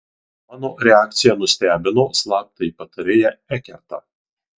mano reakcija nustebino slaptąjį patarėją ekertą